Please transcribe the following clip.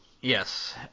Yes